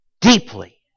deeply